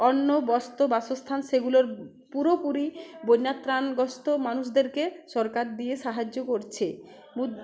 অন্ন বস্ত্র বাসস্থান সেগুলোর পুরোপুরি বন্যা ত্রাান গ্রস্ত মানুষদেরকে সরকার দিয়ে সাহায্য করছে